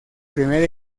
primer